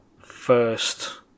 first